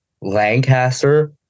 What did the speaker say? lancaster